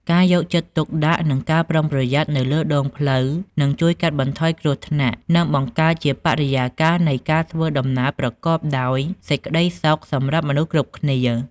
ការយកចិត្តទុកដាក់និងការប្រុងប្រយ័ត្ននៅលើដងផ្លូវនឹងជួយកាត់បន្ថយគ្រោះថ្នាក់និងបង្កើតជាបរិយាកាសនៃការធ្វើដំណើរប្រកបដោយសេចក្តីសុខសម្រាប់មនុស្សគ្រប់គ្នា។